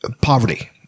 poverty